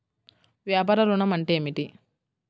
వ్యాపార ఋణం అంటే ఏమిటి?